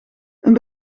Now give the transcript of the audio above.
een